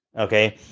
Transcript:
Okay